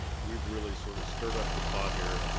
we've really sort of stirred up the pot here.